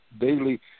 daily